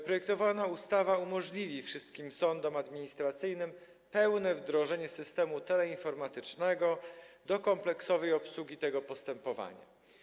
Projektowana ustawa umożliwi wszystkim sądom administracyjnym pełne wdrożenie systemu teleinformatycznego do kompleksowej obsługi tego postępowania.